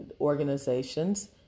organizations